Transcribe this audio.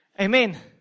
Amen